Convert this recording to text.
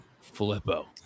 Filippo